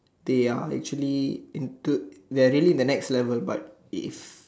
they are actually into they are really the next level but if